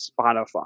Spotify